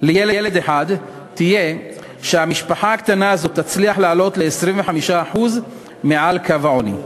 לילד אחד תהיה שהמשפחה הקטנה הזאת תצליח לעלות ל-25% מעל קו העוני,